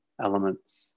elements